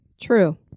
True